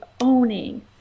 owning